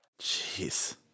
Jeez